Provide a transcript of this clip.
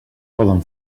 poden